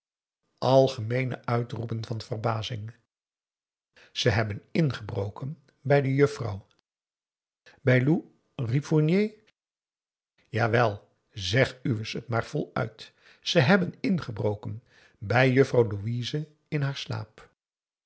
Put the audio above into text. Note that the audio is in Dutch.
algemeene uitroepen van verbazing ze hebben ingebroken bij de juffrouw bij lou riep fournier jawel zeg uwes het maar voluit ze hebben ingebroken bij juffrouw louise in haar slaap